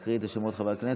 להקריא את שמות חברי הכנסת?